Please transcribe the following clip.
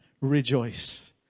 rejoice